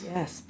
Yes